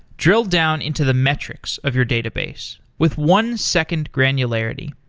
drill down into the metrics of your database with one second granularity.